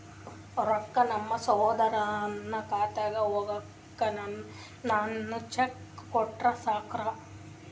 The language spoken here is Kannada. ರೊಕ್ಕ ನಮ್ಮಸಹೋದರನ ಖಾತಕ್ಕ ಹೋಗ್ಲಾಕ್ಕ ನಾನು ಚೆಕ್ ಕೊಟ್ರ ಸಾಕ್ರ?